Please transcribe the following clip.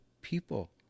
people